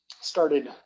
started